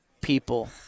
people